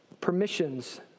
permissions